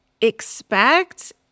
expect